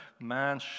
man